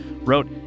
wrote